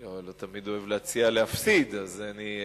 אני לא תמיד אוהב להציע להפסיד, אז אני,